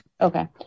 Okay